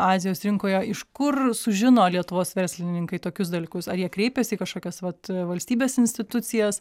azijos rinkoje iš kur sužino lietuvos verslininkai tokius dalykus ar jie kreipiasi į kažkokias vat valstybės institucijas